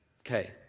Okay